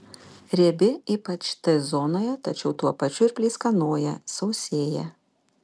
riebi ypač t zonoje tačiau tuo pačiu ir pleiskanoja sausėja